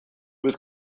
was